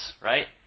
right